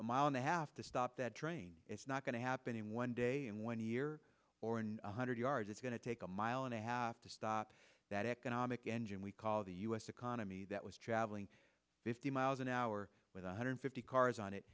a mile and a half to stop that train it's not going to happen in one day and one year or in one hundred yards it's going to take a mile and a half to stop that economic engine we call the u s economy that was traveling fifty miles an hour with one hundred fifty cars on it